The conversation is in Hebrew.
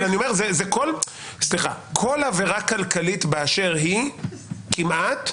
כל עבירה כלכלית באשר היא כמעט,